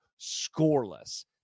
scoreless